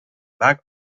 bag